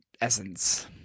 essence